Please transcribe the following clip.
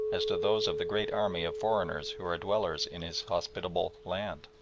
as to those of the great army of foreigners who are dwellers in his hospitable land.